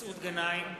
מסעוד גנאים,